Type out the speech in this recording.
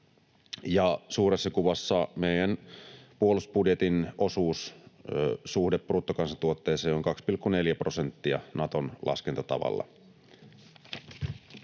suuressa kuvassa meidän puolustusbudjetin osuuden suhde bruttokansantuotteeseen on 2,4 prosenttia Naton laskentatavalla.